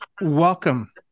welcome